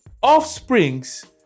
offsprings